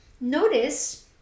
notice